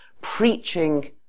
preaching